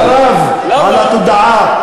למה אח שלך הלך לגור בנצרת-עילית?